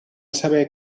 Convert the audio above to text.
saber